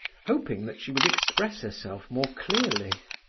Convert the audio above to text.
hoping that she would express herself more clearly.